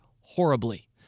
horribly